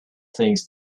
things